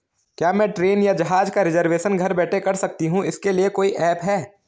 क्या मैं ट्रेन या जहाज़ का रिजर्वेशन घर बैठे कर सकती हूँ इसके लिए कोई ऐप है?